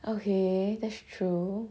okay that's true